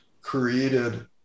created